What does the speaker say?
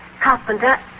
Carpenter